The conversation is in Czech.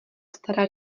stará